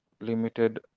limited